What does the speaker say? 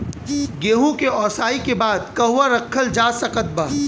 गेहूँ के ओसाई के बाद कहवा रखल जा सकत बा?